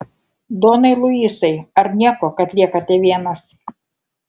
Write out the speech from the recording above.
donai luisai ar nieko kad liekate vienas